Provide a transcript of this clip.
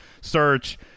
Search